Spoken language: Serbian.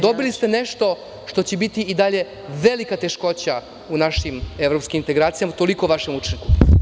Dobili ste nešto što će biti i dalje velika teškoća u našim evropskim integracijama, toliko o vašem učinku.